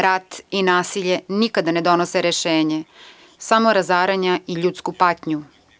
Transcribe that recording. Rat i nasilje nikada ne donose rešenje, samo razaranja i ljudsku patnju.